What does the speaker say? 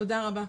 תודה רבה.